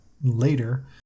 later